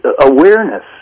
awareness